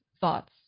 thoughts